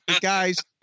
Guys